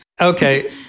okay